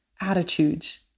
attitudes